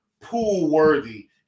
pool-worthy